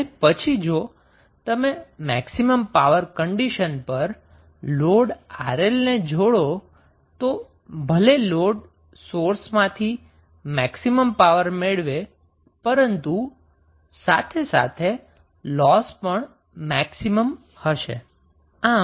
અને પછી જો તમે મેક્સિમમ પાવર કન્ડિશન પર લોડ 𝑅L ને જોડો તો ભલે લોડ સોર્સ માંથી મેક્સિમમ પાવર મેળવે છે પરંતુ સાથે લોસ પણ મેક્સિમમ હશે